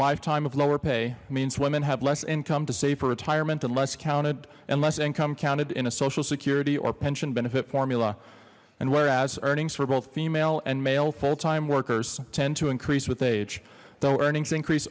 lifetime of lower pay means women have less income to save for retirement and less counted and less income counted in a social security or pension benefit formula and whereas earnings for both female and male full time workers tend to increase with age though earnings increase